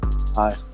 Hi